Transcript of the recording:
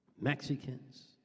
Mexicans